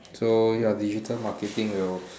so ya digital marketing will